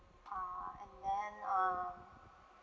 err and then um